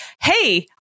Hey